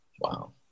Wow